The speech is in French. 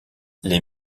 les